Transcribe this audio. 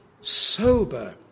sober